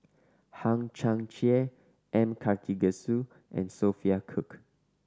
Hang Chang Chieh M Karthigesu and Sophia Cooke